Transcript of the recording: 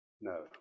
no